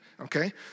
Okay